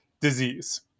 disease